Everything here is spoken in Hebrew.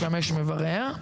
לשמש מברר,